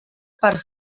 parts